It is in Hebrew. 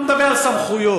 הסמכות